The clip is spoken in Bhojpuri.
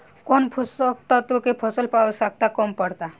कौन पोषक तत्व के फसल पर आवशयक्ता कम पड़ता?